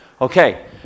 Okay